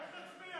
איך תצביע?